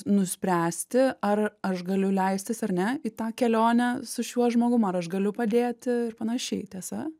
nuspręsti ar aš galiu leistis ar ne į tą kelionę su šiuo žmogum ar aš galiu padėti ir panašiai tiesa